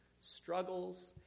struggles